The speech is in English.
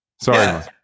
Sorry